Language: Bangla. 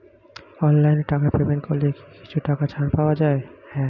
অনলাইনে টাকা পেমেন্ট করলে কি কিছু টাকা ছাড় পাওয়া যায়?